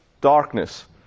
darkness